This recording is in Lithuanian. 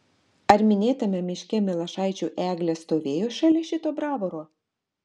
ar minėtame miške milašaičių eglė stovėjo šalia šito bravoro